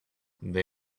they